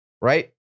right